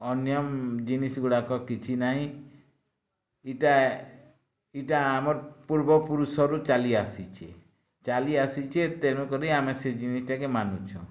ଅନ୍ୟ ଜିନିଷ ଗୁଡ଼ାକ କିଛି ନାହିଁ ଇଟା ଇଟା ଆମର ପୂର୍ବ ପୁରୁଷରୁ ଚାଲି ଆସିଛି ଚାଲି ଆସିଛି ତେଣୁ କରି ଆମେ ସେ ଜିନିଷଟାକେ ମାନୁଛୁଁ